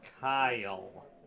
Kyle